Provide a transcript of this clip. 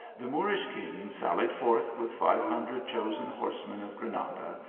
the moorish king sallied forth with five hundred chosen horsemen of granada,